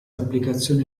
applicazioni